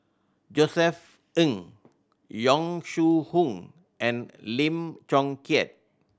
Josef Ng Yong Shu Hoong and Lim Chong Keat